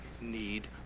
need